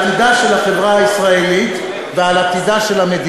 זה לא החוק הזה, זה החוק שלכם.